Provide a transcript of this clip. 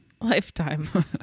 Lifetime